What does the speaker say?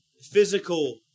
physical